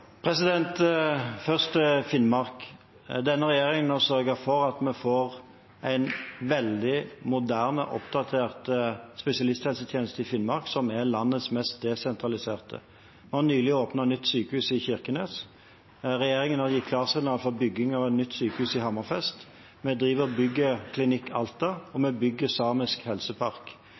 Først til Finnmark: Denne regjeringen har sørget for at vi får en veldig moderne og oppdatert spesialisthelsetjeneste i Finnmark, som er landets mest desentraliserte. Vi har nylig åpnet nytt sykehus i Kirkenes. Regjeringen har gitt klarsignal til bygging av et nytt sykehus i Hammerfest. Vi bygger Klinikk Alta, og vi bygger Samisk helsepark.